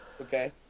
Okay